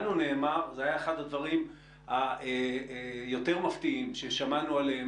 לנו נאמר - זה היה אחד הדברים היותר מפתיעים ששמענו עליהם